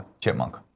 chipmunk